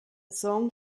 song